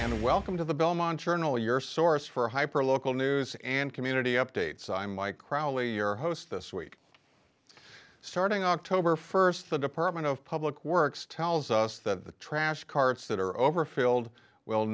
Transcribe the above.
and welcome to the belmont journal your source for hyper local news and community updates i'm mike crowley your host this week starting october st the department of public works tells us that the trash carts that are overfilled will